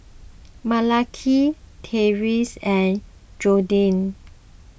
Malaki Tyrik and Jordyn